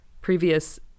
previous